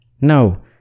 No